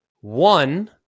One